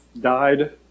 died